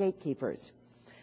gatekeepers